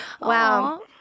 Wow